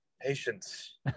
patience